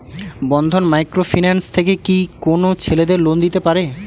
বন্ধন micro finance থেকে কি কোন ছেলেদের লোন দিতে পারে?